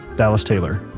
dallas taylor.